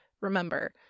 Remember